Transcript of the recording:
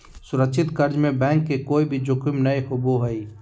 सुरक्षित कर्ज में बैंक के कोय भी जोखिम नय होबो हय